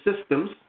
systems